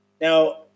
Now